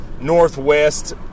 Northwest